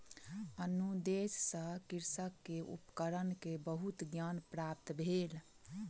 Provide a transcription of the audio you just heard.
अनुदेश सॅ कृषक के उपकरण के बहुत ज्ञान प्राप्त भेल